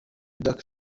dark